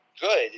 good